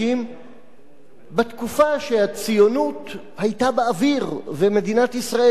בתקופה שהציונות היתה באוויר ומדינת ישראל נשמה ואכלה ציונות,